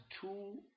two